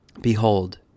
Behold